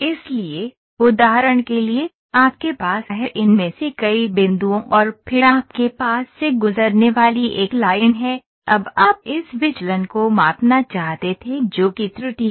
इसलिए उदाहरण के लिए आपके पास है इनमें से कई बिंदुओं और फिर आपके पास से गुजरने वाली एक लाइन है अब आप इस विचलन को मापना चाहते थे जो कि त्रुटि है